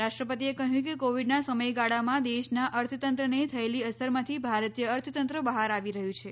રાષ્ટ્રપતિએ કહ્યું કે કોવિડનાં સમયગાળામાં દેશનાં અર્થતંત્રને થયેલી અસરમાંથી ભારતીય અર્થતંત્ર બહાર આવી રહ્યું છે